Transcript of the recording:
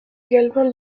également